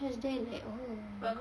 I'm just there like oo